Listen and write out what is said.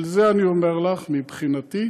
על זה אני אומר לך: מבחינתי,